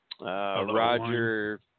Roger